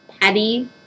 patty